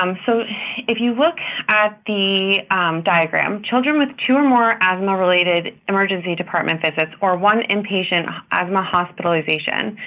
um so if you look at the diagram, children with two or more asthma-related emergency department visits or one inpatient asthma hospitalization,